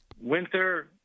winter